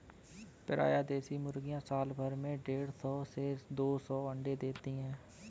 प्रायः देशी मुर्गियाँ साल भर में देढ़ सौ से दो सौ अण्डे देती है